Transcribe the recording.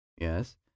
Yes